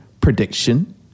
prediction